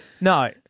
No